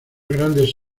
grandes